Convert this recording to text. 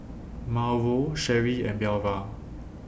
Mauro Sherree and Belva